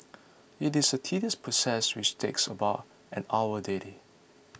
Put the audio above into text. it is a tedious process which takes about an hour daily